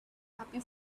happy